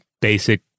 basic